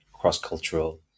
cross-cultural